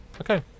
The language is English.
Okay